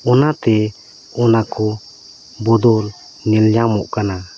ᱚᱱᱟᱛᱮ ᱚᱱᱟ ᱠᱚ ᱵᱚᱫᱚᱞ ᱧᱮᱞ ᱧᱟᱢᱚᱜ ᱠᱟᱱᱟ